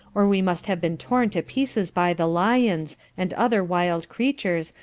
or we must have been torn to pieces by the lyons, and other wild creatures,